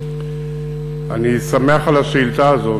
אני שמח על השאילתה הזאת,